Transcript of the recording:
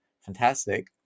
fantastic